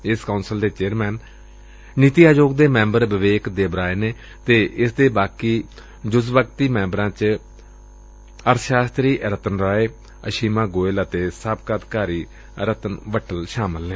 ਏਸ ਕੌਸਲ ਦੇ ਚੇਅਰਮੈਨ ਨੀਤੀ ਆਯੋਗ ਦੇ ਮੈਬਰ ਬਿਬੇਕ ਦੇਬਰਾਏ ਨੇ ਅਤੇ ਇਸ ਦੇ ਬਾਕੀ ਜੁਜ਼ ਵਕਤੀ ਮੈਬਰਾ ਚ ਅਰਥ ਸ਼ਾਸਤਰੀ ਰਤਿਨ ਰਾਏ ਅਸ਼ੀਮਾ ਗੋਇਲ ਅਤੇ ਸਾਬਕਾ ਅਧਿਕਾਰੀ ਰਤਨ ਵੱਟਲ ਸ਼ਾਮਲ ਨੇ